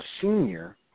senior